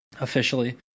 Officially